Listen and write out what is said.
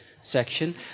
section